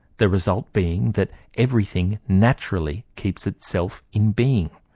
the result being that everything naturally keeps itself in being,